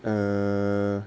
err